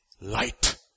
light